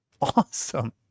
awesome